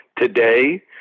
today